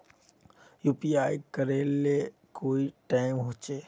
UPI करे ले कोई टाइम होचे?